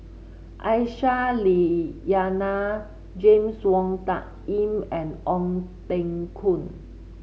Aisyah Lyana James Wong Tuck Yim and Ong Teng Koon